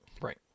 Right